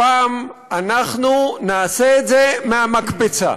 הפעם אנחנו נעשה את זה מהמקפצה.